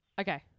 Okay